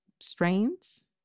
strains